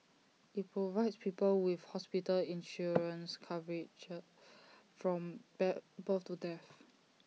IT provides people with hospital insurance cover from bear both to death